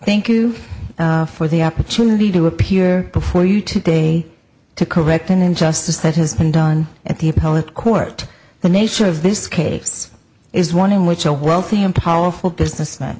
thank you for the opportunity to appear before you today to correct an injustice that has been done at the appellate court the nature of this case is one in which a wealthy and powerful businessm